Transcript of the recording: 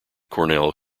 cornell